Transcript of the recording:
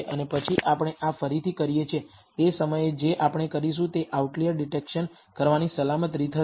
અને પછી આપણે આ ફરીથી કરીએ છીએ તે સમયે જે આપણે કરીશું તે આઉટલિઅર ડિટેક્શન કરવાની સલામત રીત હશે